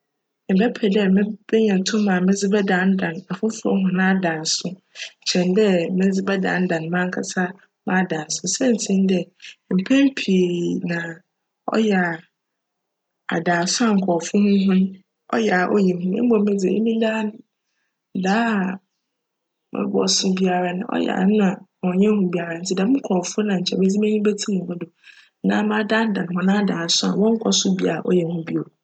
Mebjpj dj mebenya tum a medze bjdandan afofor hcn adaaso kyjn dj medze bjdandan m'ankansa m'adaaso siantsir nye dj, mpjn pii na cyj a, adaaso a nkorcfo huhu no cyj a cyj hu, mbom dze emi daa mobcso biara no cyj a cnnyj hu biara ntsi djm nkorcfo no na nkyj medze m'enyi betsim hcn do na m'adandan hcn adaaso a wcnkcso bia cyj hu bio.